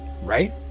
right